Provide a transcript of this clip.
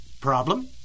Problem